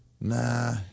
Nah